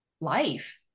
life